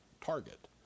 target